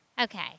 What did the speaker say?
Okay